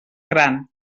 gran